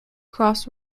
cross